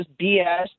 BS